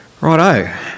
Righto